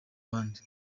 bandi